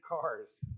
cars